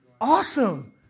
Awesome